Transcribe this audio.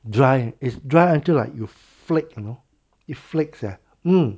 dry it's dry until like you flake you know it flakes ah um